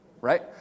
right